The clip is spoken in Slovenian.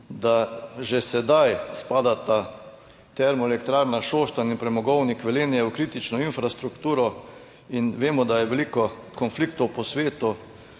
da že sedaj spadata Termoelektrarna Šoštanj in Premogovnik Velenje v kritično infrastrukturo in vemo, da je veliko konfliktov po svetu,